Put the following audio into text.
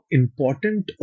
important